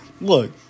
look